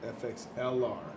FXLR